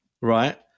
right